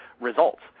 results